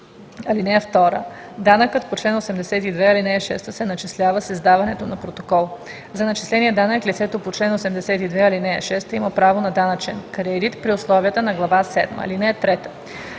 износ. (2) Данъкът по чл. 82, ал. 6 се начислява с издаването на протокол. За начисления данък лицето по чл. 82, ал. 6 има право на данъчен кредит при условията на глава седма.